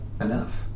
enough